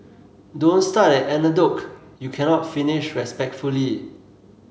don't start an anecdote you cannot finish respectfully